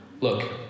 Look